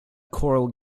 coral